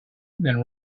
that